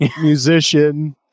musician